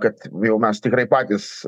kad jau mes tikrai patys